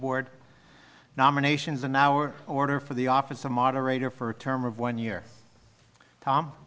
board nominations in our order for the office of moderator for a term of one year tom